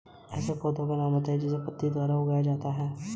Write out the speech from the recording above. खेतों में पानी किस समय देना चाहिए?